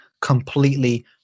completely